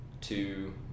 two